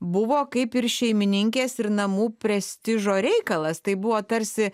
buvo kaip ir šeimininkės ir namų prestižo reikalas tai buvo tarsi